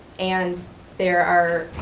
and there are,